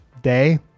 day